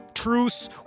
truce